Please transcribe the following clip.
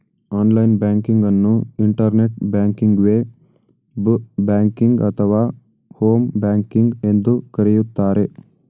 online banking ಅನ್ನು internet ಬ್ಯಾಂಕಿಂಗ್ವೆ, ಬ್ ಬ್ಯಾಂಕಿಂಗ್ ಅಥವಾ ಹೋಮ್ ಬ್ಯಾಂಕಿಂಗ್ ಎಂದು ಕರೆಯುತ್ತಾರೆ